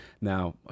now